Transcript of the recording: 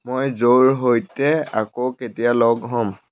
মই জ'ৰ সৈতে আকৌ কেতিয়া লগ হ'ম